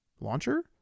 launcher